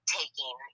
taking